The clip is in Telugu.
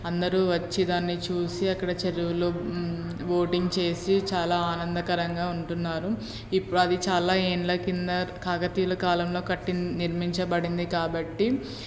అందరూ వచ్చి దాన్ని చూసి అక్కడ చెరువులో బోటింగ్ చేసి చాలా ఆనందకరంగా ఉంటున్నారు ఇప్పుడు అది చాలా ఏళ్ళ కింద కాకతీయుల కాలంలో కట్టిం నిర్మించబడింది కాబట్టి